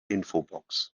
infobox